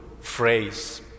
phrase